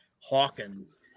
Hawkins